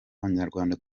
abanyarwanda